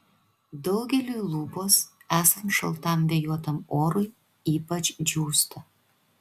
daugeliui lūpos esant šaltam vėjuotam orui ypač džiūsta